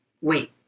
wait